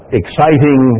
exciting